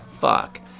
fuck